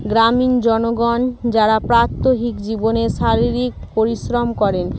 গ্রামীণ জনগণ যারা প্রাত্যহিক জীবনে শারীরিক পরিশ্রম করেন